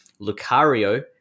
Lucario